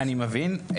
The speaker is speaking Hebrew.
אני מבין.